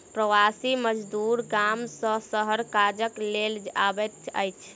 प्रवासी मजदूर गाम सॅ शहर काजक लेल अबैत अछि